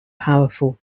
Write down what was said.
powerful